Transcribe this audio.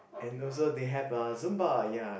and also they have uh Zumba ya